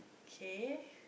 K